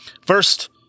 First